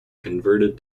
converted